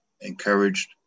encouraged